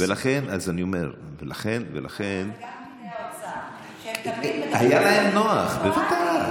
אבל גם פקידי האוצר, שהם תמיד, היה להם נוח, ודאי.